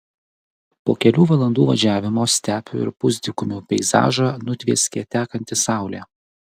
po kelių valandų važiavimo stepių ir pusdykumių peizažą nutvieskė tekanti saulė